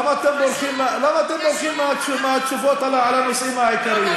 למה אתם בורחים מהתשובות על הנושאים העיקריים?